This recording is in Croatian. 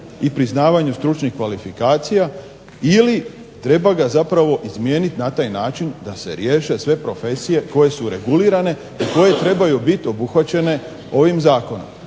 i priznavanju stručnih kvalifikacija ili treba ga zapravo izmijeniti na taj način da se riješe sve profesije koje su regulirane i koje trebaju biti obuhvaćene ovim zakonom.